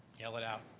yell it out.